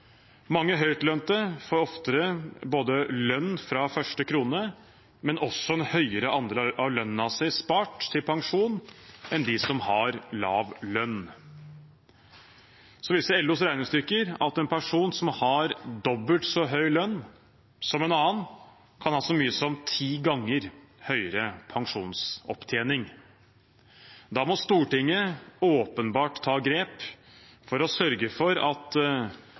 Mange høytlønnede får oftere både pensjon fra første krone og også en høyere andel av lønnen spart til pensjon enn dem som har lav lønn. LOs regnestykker viser at en person som har dobbelt så høy lønn som en annen, kan ha så mye som ti ganger høyere pensjonsopptjening. Da må Stortinget åpenbart ta grep for å sørge for at